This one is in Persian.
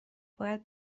باید